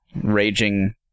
Raging